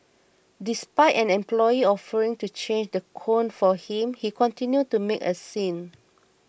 despite an employee offering to change the cone for him he continued to make a scene